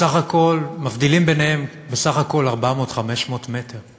בסך הכול 500-400 מטר,